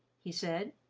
he said.